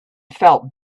felt